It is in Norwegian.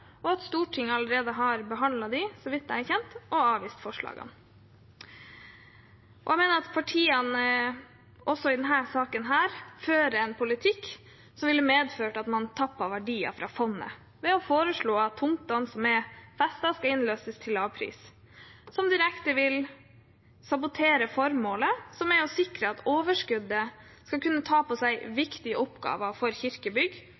Jeg mener partiene i denne saken også fører en politikk som ville medført at man tappet verdier fra fondet ved å foreslå at tomtene som er festet, skal innløses til lav pris. Det vil direkte sabotere formålet, som er å sikre overskudd til å kunne ta på seg viktige oppgaver for